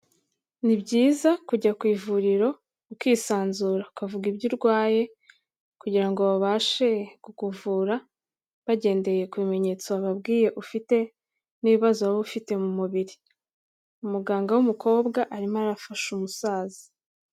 Ni byiza kujya ku ivuriro ukisanzura ukavuga ibyo urwaye kugira ngo babashe kukuvura bagendeye ku bimenyetso wababwiye ufite n'ibibazo wowe ufite mu mubiri. Umuganga w'umukobwa arimo arafasha umusaza.